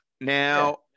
Now